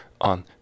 on